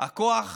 הכוח